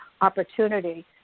opportunity